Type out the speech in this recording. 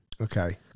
Okay